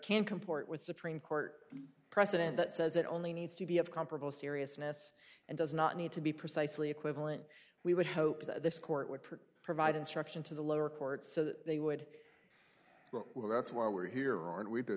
comport with supreme court precedent that says it only needs to be of comparable seriousness and does not need to be precisely equivalent we would hope that this court would prefer provide instruction to the lower courts so that they would well that's why we're here aren't we the